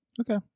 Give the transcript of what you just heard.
Okay